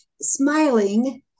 smiling